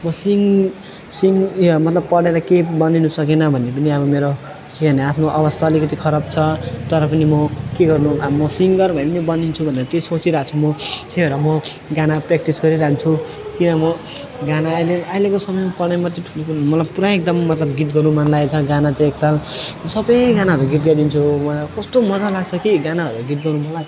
म सिङ सिङ उयो मतलब पढेर केही बनिन सकिनँ भने पनि अब मेरो कि होइन आफ्नो अवस्था अलिकति खराब छ तर पनि म के गर्नु अब म सिङ्गर भए पनि नि बनिन्छु भनेर त्यही सोचिरहेको छु म त्यही भएर म गाना प्र्याक्टिस गरिरहन्छु किन म गाना अहिले अहिलेको समयमा पढाइ मात्रै ठुलो कुरो मलाई पुरा एकदम मतलब गीत गाउनु मनलागेको छ गाना चाहिँ एकताल सबै गानाहरू गीत गाइदिन्छु वा कस्तो मजा लाग्छ कि गानाहरू गीत गाउनु मलाई